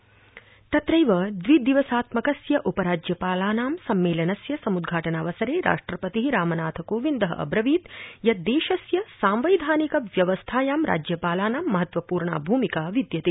राज्यपाल सम्मलेनम् तत्रैव द्वि दिवसात्मकस्य उपराज्यपालानां सम्मेलनस्य समुद्घाटनावसरे राष्ट्रपति रामनाथ कोविन्द अब्रवीत् यत् देशस्य सांवैधानिक व्यवस्थायां राज्यपालानां महत्वपूर्णा भूमिका विद्यते